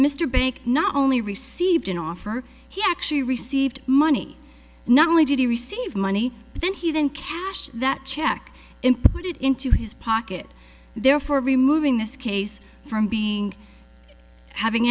mr bank not only received an offer he actually received money not only did he receive money then he then cash that check in put it into his pocket therefore removing this case from being having